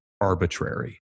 arbitrary